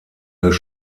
des